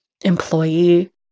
employee